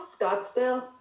Scottsdale